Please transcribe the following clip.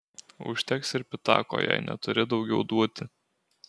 užteks ir pitako jei neturi daugiau duoti